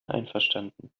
einverstanden